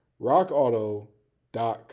rockauto.com